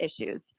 issues